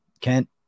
Kent